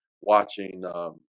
watching